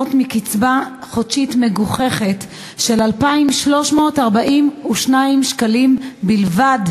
מקצבה חודשית מגוחכת של 2,342 שקלים בלבד,